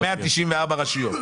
194 רשויות.